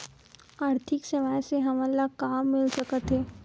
आर्थिक सेवाएं से हमन ला का मिल सकत हे?